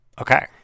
okay